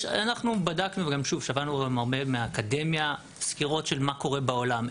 אנחנו בדקנו וגם שוב שמענו הרבה מהאקדמיה סקירות של מה קורה בעולם,